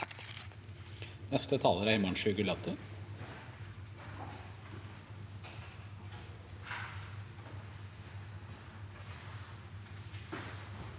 Takk